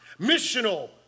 missional